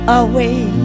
away